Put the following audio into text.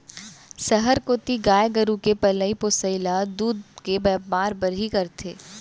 सहर कोती गाय गरू के पलई पोसई ल दूद के बैपार बर ही करथे